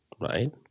Right